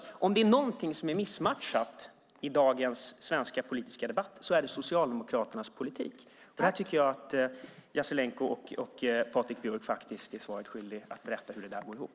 Om det är någonting som är missmatchat i dagens svenska politiska debatt är det alltså Socialdemokraternas politik. Där tycker jag att Jasenko Omanovic och Patrik Björck faktiskt är svaret skyldiga att berätta hur det går ihop.